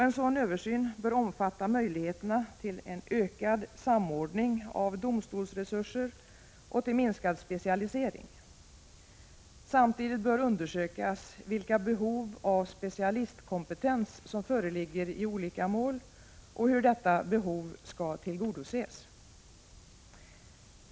En sådan översyn bör omfatta möjligheterna till ökad samordning av domstolsresurser och till minskad specialisering. Samtidigt bör undersökas vilket behov av specialistkompetens som föreligger i olika mål och hur detta behov skall tillgodoses.